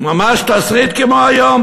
ממש התסריט של היום,